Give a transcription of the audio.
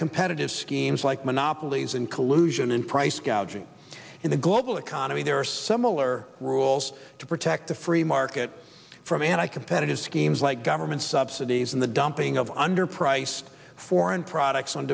competitive schemes like monopolies and collusion and price gouging in the global economy there are similar rules to protect the free market from anti competitive schemes like government subsidies and the dumping of underpriced foreign products on